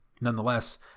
nonetheless